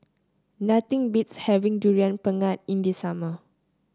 nothing beats having Durian Pengat in the summer